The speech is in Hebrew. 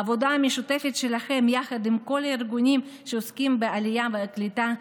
העבודה המשותפת שלכם יחד עם כל הארגונים שעוסקים בעלייה ובקליטה,